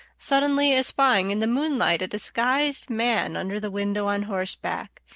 suddenly espying in the moonlight a disguised man under the window on horseback,